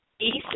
East